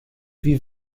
wie